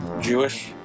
Jewish